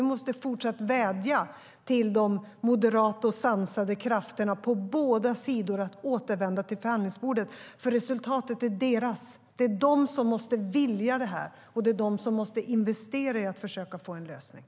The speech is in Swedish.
Vi måste fortsätta vädja till de moderata och sansade krafterna, på båda sidor, om att återvända till förhandlingsbordet. Det är nämligen deras resultat. Det är de som måste vilja det här, och det är de som måste investera i att försöka få en lösning.